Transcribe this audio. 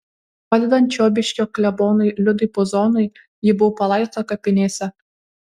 padedant čiobiškio klebonui liudui puzonui ji buvo palaidota kapinėse